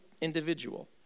individual